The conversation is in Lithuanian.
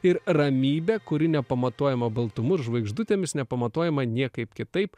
ir ramybę kuri nepamatuojama baltumu ir žvaigždutėmis nepamatuojama niekaip kitaip